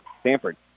Stanford